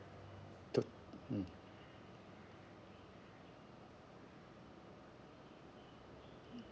t~ mm